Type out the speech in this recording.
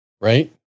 Right